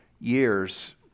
years